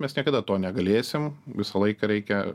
mes niekada to negalėsim visą laiką reikia